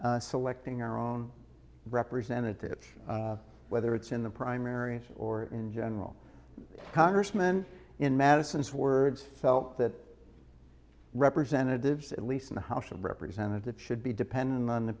selecting our own representatives whether it's in the primaries or in general congressman in madison's words felt that representatives at least in the house of representatives should be dependent on the